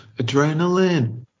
Adrenaline